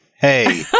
hey